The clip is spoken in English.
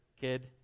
kid